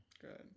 Good